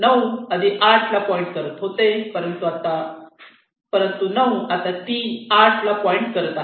9 आधी 8 ला पॉईंट करत होते परंतु 9 आता 3 8 ला पॉईंट करत आहे